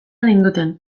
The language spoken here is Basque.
ninduten